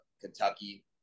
Kentucky